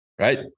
Right